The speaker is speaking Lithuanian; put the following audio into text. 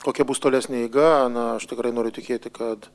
kokia bus tolesnė eiga na aš tikrai noriu tikėti kad